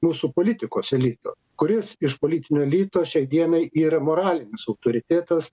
mūsų politikos lygio kuris iš politinio elito šiai dienai yra moralinis autoritetas